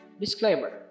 Disclaimer